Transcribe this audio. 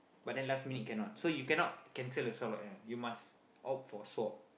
but then last minute cannot so you cannot cancel the slot ya you must opt for swap